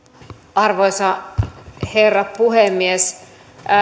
arvoisa herra puhemies